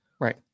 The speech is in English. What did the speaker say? Right